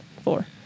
Four